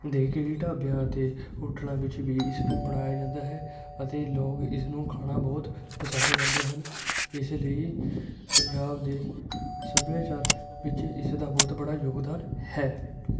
ਦੇ ਕਈ ਢਾਬਿਆਂ ਅਤੇ ਹੋਟਲਾਂ ਵਿੱਚ ਵੀ ਇਸਨੂੰ ਬਣਾਇਆ ਜਾਂਦਾ ਹੈ ਅਤੇ ਲੋਕ ਇਸਨੂੰ ਖਾਣਾ ਬਹੁਤ ਪਸੰਦ ਕਰਦੇ ਹਨ ਇਸ ਲਈ ਪੰਜਾਬ ਦੇ ਸੱਭਿਆਚਾਰ ਪਿੱਛੇ ਇਸ ਦਾ ਬਹੁਤ ਬੜਾ ਯੋਗਦਾਨ ਹੈ